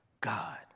God